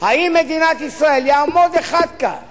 אם מדינת ישראל, יעמוד אחד כאן